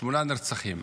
שמונה נרצחים.